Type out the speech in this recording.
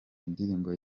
indirimbo